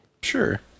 Sure